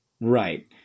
Right